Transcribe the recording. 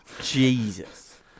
Jesus